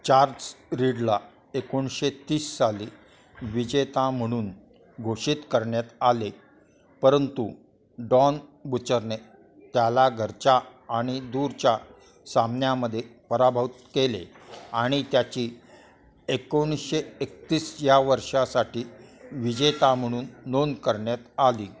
Charles रीडला एकोणीशे तीस साली विजेता म्हणून घोषित करण्यात आले परंतु डॉन बुचरने त्याला घरच्या आणि दूरच्या सामन्यामध्ये पराभूत केले आणि त्याची एकोणीशे एकतीस या वर्षासाठी विजेता म्हणून नोंद करण्यात आली